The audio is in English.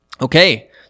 Okay